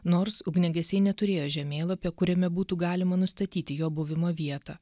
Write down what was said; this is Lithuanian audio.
nors ugniagesiai neturėjo žemėlapio kuriame būtų galima nustatyti jo buvimo vietą